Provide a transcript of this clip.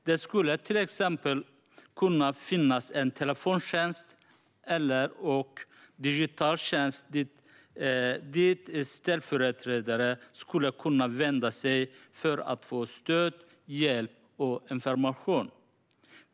Det skulle till exempel kunna finnas en telefontjänst eller en digital tjänst dit ställföreträdare skulle kunna vända sig för att få stöd, hjälp och information.